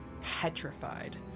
petrified